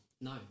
No